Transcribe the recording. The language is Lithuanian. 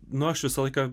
nu aš visą laiką